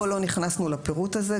פה לא נכנסנו לפירוט הזה,